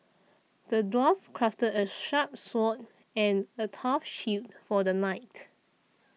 the dwarf crafted a sharp sword and a tough shield for the knight